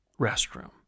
restroom